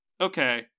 okay